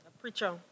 preacher